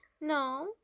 no